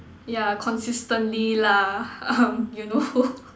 yeah consistently lah um you know